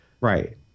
Right